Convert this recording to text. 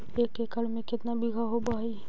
एक एकड़ में केतना बिघा होब हइ?